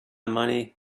money